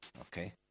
okay